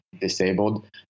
disabled